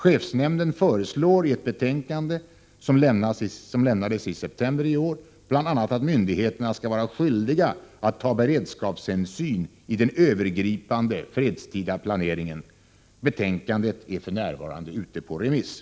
Chefsnämnden föreslår i ett betänkande, som lämnades i september i år, bl.a. att myndigheterna skall vara skyldiga att ta beredskapshänsyn i den övergripande, fredstida planeringen. Betänkandet är f.n. ute på remiss.